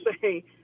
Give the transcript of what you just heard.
say